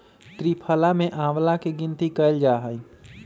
त्रिफला में आंवला के गिनती कइल जाहई